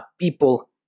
people